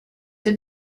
did